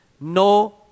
no